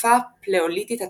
בתקופה הפלאוליתית התחתונה,